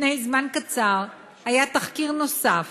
לפני זמן קצר היה תחקיר נוסף